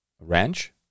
Ranch